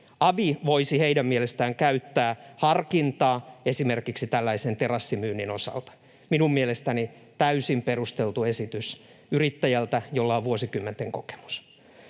Avi voisi heidän mielestään käyttää harkintaa esimerkiksi tällaisen terassimyynnin osalta. Minun mielestäni tämä on täysin perusteltu esitys yrittäjältä, jolla on vuosikymmenten kokemus.